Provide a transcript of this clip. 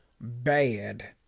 bad